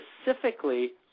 specifically